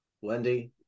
Wendy